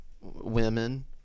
women